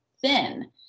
thin